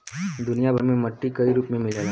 दुनिया भर में मट्टी के कई रूप मिलला